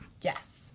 Yes